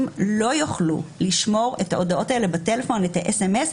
לא יוכלו לשמור את ההודעות האלה בטלפון את הסמס,